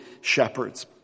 shepherds